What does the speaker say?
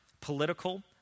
political